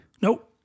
Nope